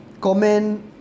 comment